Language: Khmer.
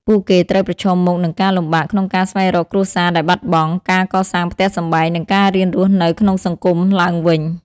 ពួកគេត្រូវប្រឈមមុខនឹងការលំបាកក្នុងការស្វែងរកគ្រួសារដែលបាត់បង់ ការកសាងផ្ទះសម្បែង និងការរៀនរស់នៅក្នុងសង្គមឡើងវិញ។